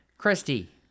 Christy